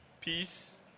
peace